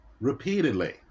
repeatedly